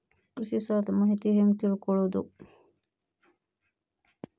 ಕೃಷಿ ಸಾಲದ ಮಾಹಿತಿ ಹೆಂಗ್ ತಿಳ್ಕೊಳ್ಳೋದು?